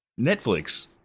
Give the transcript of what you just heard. Netflix